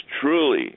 truly